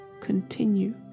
continue